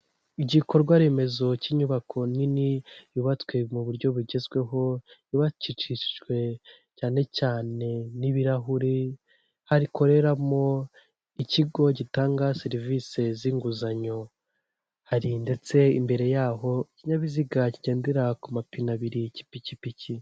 Igikorwa remezo cy'inyubako nini yubatswe mu buryo bugezweho; yubakicishijwe cyane cyane n'ibirahuri; hakoreramo ikigo gitanga serivisi z'inguzanyo; hari ndetse imbere y'aho ikinyabiziga kigendera ku mapine abiri cy'ipikipiki.